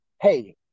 hey